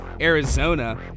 Arizona